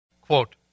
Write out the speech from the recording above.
Quote